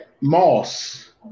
Moss